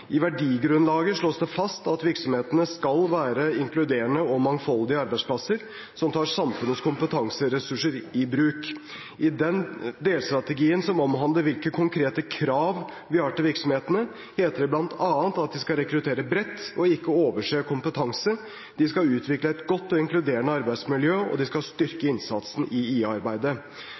I verdigrunnlaget slås det fast at virksomhetene skal være inkluderende og mangfoldige arbeidsplasser som tar samfunnets kompetanseressurser i bruk. I den delstrategien som omhandler hvilke konkrete krav vi har til virksomhetene, heter det bl.a. at de skal rekruttere bredt og ikke overse kompetanse, de skal utvikle et godt og inkluderende arbeidsmiljø, og de skal styrke innsatsen i